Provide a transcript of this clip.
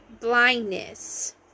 blindness